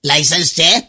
License